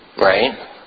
right